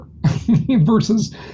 versus